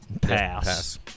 Pass